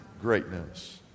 greatness